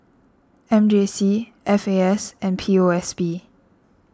M J C F A S and P O S B